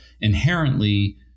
inherently